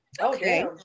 Okay